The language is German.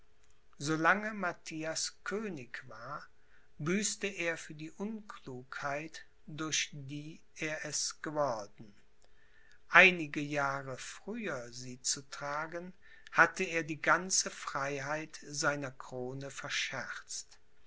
matthias könig war büßte er für die unklugheit durch die er es geworden einige jahre früher sie zu tragen hatte er die ganze freiheit seiner krone verscherzt